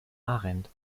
arendt